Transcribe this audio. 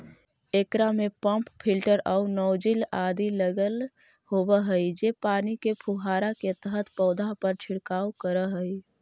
एकरा में pump filter आउ नॉजिल आदि लगल होवऽ हई जे पानी के फुहारा के तरह पौधा पर छिड़काव करऽ हइ